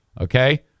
Okay